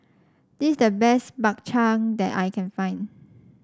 this is the best Bak Chang that I can find